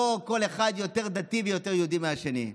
לא כל אחד יותר דתי ויותר יהודי מהשני.